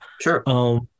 sure